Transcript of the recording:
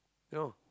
you know